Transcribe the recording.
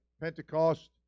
Pentecost